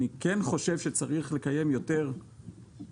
אני כן חושב שצריך לקיים יותר דיאלוג